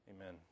Amen